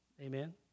Amen